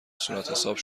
صورتحساب